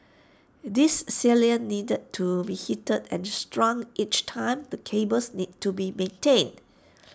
this sealant needed to be heated and strong each time the cables need to be maintained